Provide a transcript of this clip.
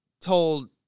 told